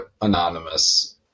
Anonymous